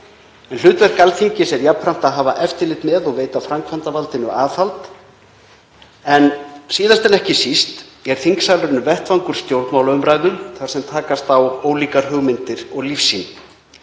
Hlutverk Alþingis er jafnframt að hafa eftirlit með og veita framkvæmdarvaldinu aðhald og síðast en ekki síst er þingsalurinn vettvangur stjórnmálaumræðu þar sem takast á ólíkar hugmyndir og lífssýn.